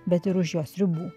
bet ir už jos ribų